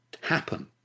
happen